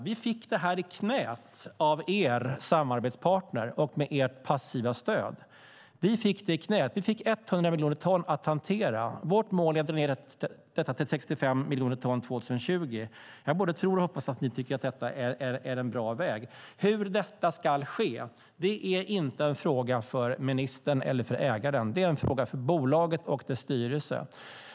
Vi fick det här i knäet av er samarbetspartner och med ert passiva stöd. Vi fick det i knäet; vi fick 100 miljoner ton att hantera. Vårt mål är att dra ned detta till 65 miljoner ton till 2020, och jag både tror och hoppas att ni tycker att det är en bra väg. Hur detta ska ske är inte en fråga för ministern eller ägaren, utan det är en fråga för bolaget och dess styrelse.